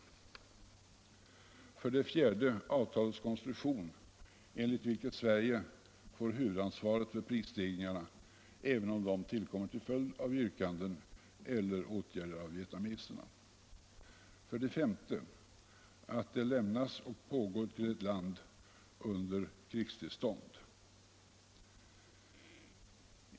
För det fjärde beroende på avtalets konstruktion, enligt vilken Sverige får huvudansvaret för prisstegringarna, även om dessa tillkommer till följd av yrkanden eller åtgärder av vietnameserna. För det femte därför att medlen lämnas och hjälpåtgärderna pågår till ett land under krigstillstånd.